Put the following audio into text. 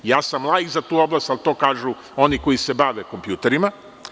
Laik sam za tu oblast, ali to kažu oni koji se bave kompjuterima.